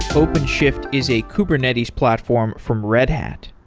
openshift is a kubernetes platform from red hat.